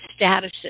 statuses